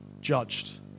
judged